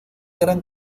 gran